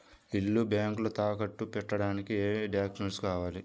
ఇల్లు బ్యాంకులో తాకట్టు పెట్టడానికి ఏమి డాక్యూమెంట్స్ కావాలి?